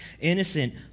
innocent